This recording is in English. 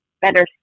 better